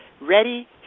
Ready